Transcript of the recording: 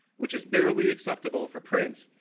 which is barely acceptable for print.